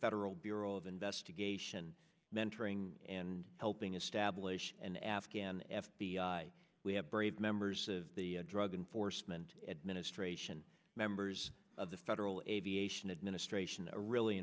federal bureau of investigation mentoring and helping establish an afghan f b i we have brave members of the drug enforcement administration members of the federal aviation administration a really